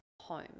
home